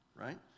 right